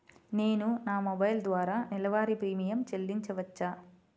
నేను నా మొబైల్ ద్వారా నెలవారీ ప్రీమియం చెల్లించవచ్చా?